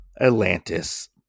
Atlantis